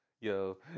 Yo